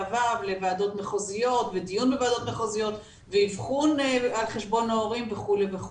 ו' לוועדות מחוזיות ודיון בוועדות מחוזיות ואבחון על חשבון ההורים וכולי.